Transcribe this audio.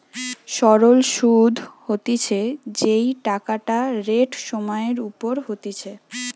সরল সুধ হতিছে যেই টাকাটা রেট সময় এর ওপর হতিছে